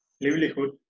livelihood